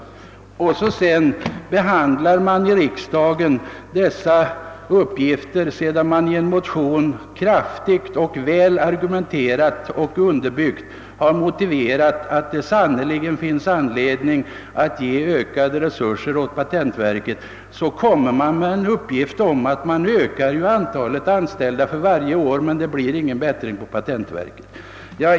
Därefter behandlas motioner i riksdagen, i vilka det framläggs väl underbyggda argument för att patentverket sannerligen behöver ökade resurser. Men resultatet blir endast att man gör uttalanden som går ut på att trots att antalet anställda ökas för varje år så får man ingen förbättring till stånd i patentverket.